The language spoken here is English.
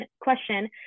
question